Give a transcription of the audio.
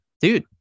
Dude